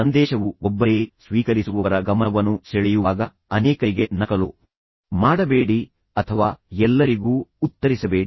ಸಂದೇಶವು ಒಬ್ಬರೇ ಸ್ವೀಕರಿಸುವವರ ಗಮನವನ್ನು ಸೆಳೆಯುವಾಗ ಅನೇಕರಿಗೆ ನಕಲು ಮಾಡಬೇಡಿ ಅಥವಾ ಎಲ್ಲರಿಗೂ ಉತ್ತರಿಸಬೇಡಿ